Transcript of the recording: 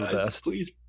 Please